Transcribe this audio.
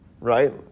right